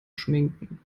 schminken